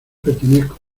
pertenezco